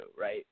right